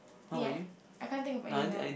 ya I can't think of any now